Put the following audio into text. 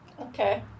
Okay